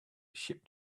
ship